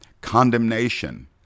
condemnation